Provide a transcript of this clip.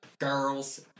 girls